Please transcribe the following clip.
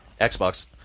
Xbox